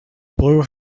blue